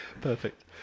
Perfect